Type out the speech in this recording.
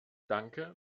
danke